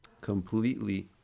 completely